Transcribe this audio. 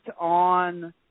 on